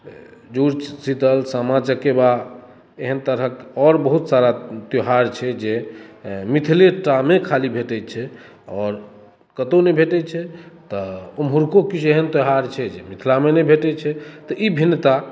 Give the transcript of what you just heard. जुड़ि शीतल सामा चकेबा एहन तरहक आओर बहुत सारा त्यौहार छै जे मिथिलेटा मे खाली भेटै छै आओर कतौ नहि भेटै छै तऽ उम्हुरको किछु एहन त्यौहार छै जे मिथिला मे नहि भेटै छै तऽ भिन्नता